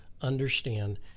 understand